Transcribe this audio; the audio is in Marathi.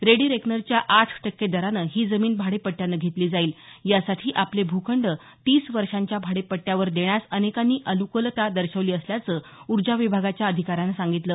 रेडी रेकनरच्या आठ टक्के दरानं ही जमीन भाडेपट्ट्यानं घेतली जाईल यासाठी आपले भूखंड तीस वर्षांच्या भाडेपट्ट्यावर देण्यास अनेकांनी अनुकूलता दर्शवली असल्याचं ऊर्जा विभागाच्या अधिकाऱ्यानं सांगितलं